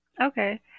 Okay